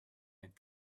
had